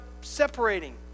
separating